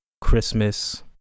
Christmas